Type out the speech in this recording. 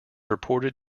reported